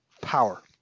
power